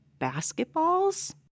basketballs